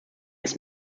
ist